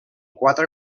quatre